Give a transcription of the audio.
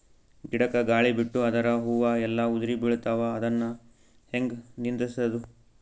ಗಿಡಕ, ಗಾಳಿ ಬಿಟ್ಟು ಅದರ ಹೂವ ಎಲ್ಲಾ ಉದುರಿಬೀಳತಾವ, ಅದನ್ ಹೆಂಗ ನಿಂದರಸದು?